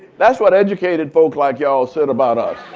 that's what educated folk like y'all said about us.